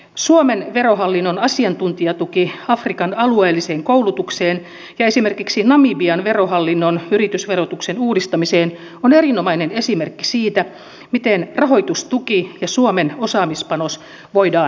suomen verohallinnon asiantuntijatuki afrikan alueelliseen koulutukseen ja esimerkiksi namibian verohallinnon yritysverotuksen uudistamiseen on erinomainen esimerkki siitä miten rahoitustuki ja suomen osaamispanos voidaan yhdistää